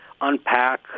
unpack